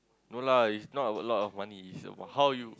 no lah it's not about a lot of money it's about how you